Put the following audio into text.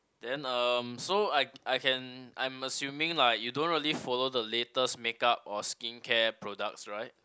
then um so I I can I'm assuming like you don't really follow the latest make-up or skincare products right